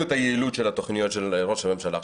ראינו את היעילות של התוכניות של ראש הממשלה.